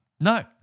no